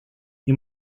you